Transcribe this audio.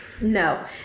No